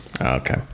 Okay